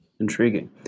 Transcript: intriguing